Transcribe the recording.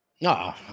No